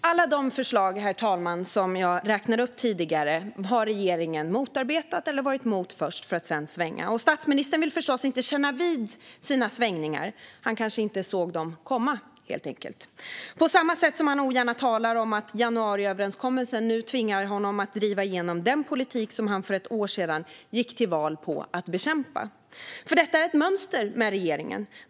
Herr talman! Alla förslag som jag räknade upp tidigare har regeringen motarbetat eller först varit emot för att sedan svänga. Statsministern vill förstås inte kännas vid sina svängningar. Han kanske inte såg dem komma, helt enkelt. På samma sätt talar han ogärna om att januariöverenskommelsen nu tvingar honom att driva igenom den politik som han för ett år sedan gick till val på att bekämpa. För detta är ett mönster hos regeringen.